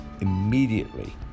immediately